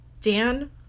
Dan